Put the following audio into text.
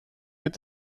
mit